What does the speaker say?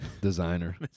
Designer